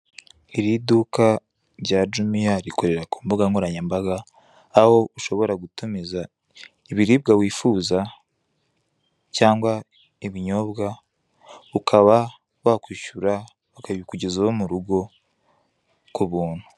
Iri duka rya Jumiya rikorera ku mbuga nkoranyambaga, aho ushobora gutumiza ibiribwa wifuza cyangwa ibinyobwa, ukaba wakwishyura bakabikugezaho mu rugo ku buntu.